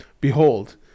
Behold